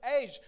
age